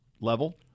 level